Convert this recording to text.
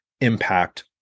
impact